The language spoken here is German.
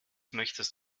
möchtest